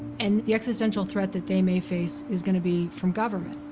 and the existential threat that they may face is going to be from government.